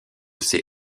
ces